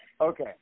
Okay